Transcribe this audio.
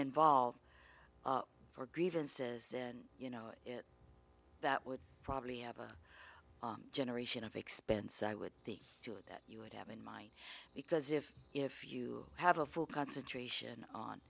involved for grievances then you know that would probably have a generation of expense i would think that you would have in mind because if if you have a full concentration on